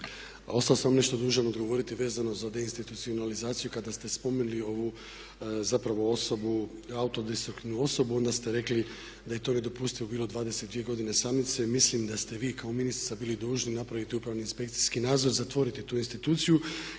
sada sam nešto dužan odgovoriti vezano za deinstitucionalizaciju kada ste spomenuli ovu zapravo osobu, autodestruktivnu osobu, onda ste rekli da je to nedopustivo bilo 22 godine samice. I mislim da ste vi kao ministrica bili dužni napraviti upravni inspekcijski nadzor, zatvoriti tu instituciju